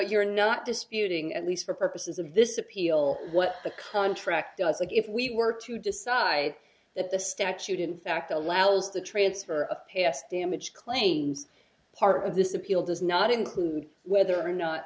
you're not disputing at least for purposes of this appeal what the contract does like if we were to decide that the statute in fact allows the transfer of past damage claims part of this appeal does not include whether or not